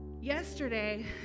Yesterday